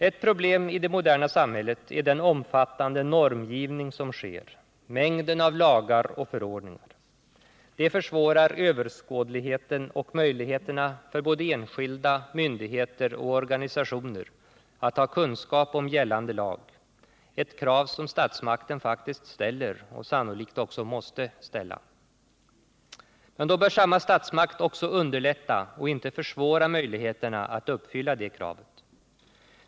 Ett problem i det moderna samhället är den omfattande normgivning som sker, mängden av lagar och förordningar. Det försvårar överskådligheten och möjligheterna för både enskilda, myndigheter och organisationer att ha kunskap om gällande lag, ett krav som statsmakten faktiskt ställer och sannolikt också måste ställa. Men då bör samma statsmakt också underlätta och inte försvåra möjligheterna att uppfylla det kravet.